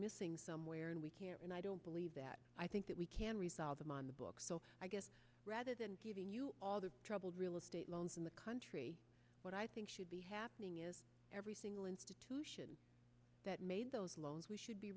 somewhere and we can't and i don't believe that i think that we can resolve them on the books so i guess rather than giving you all the trouble real estate loans in the country what i think should be happening is every single institution that made those loans we should be